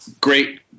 Great